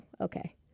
okay